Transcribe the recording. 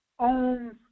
Owns